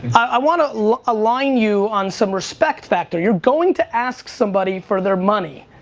i wanna align you on some respect factor you're going to ask somebody for their money,